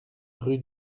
rue